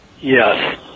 yes